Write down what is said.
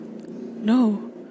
No